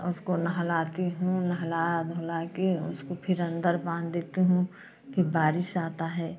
और उसको नहलाती हूँ नहला धुला के उसको फिर अंदर बांध देती हूँ फिर बारिश आता है